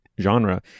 genre